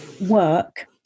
work